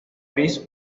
gris